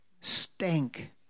Stank